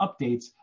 updates